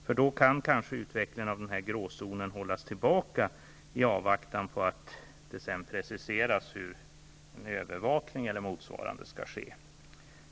På så sätt kan kanske utvecklingen av denna gråzon hållas tillbaka i avvaktan på att det preciseras hur en övervakning eller motsvarande skall ske.